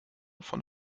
von